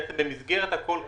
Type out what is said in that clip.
בעצם במסגרת הקול קורא,